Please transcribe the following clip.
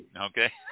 Okay